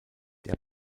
der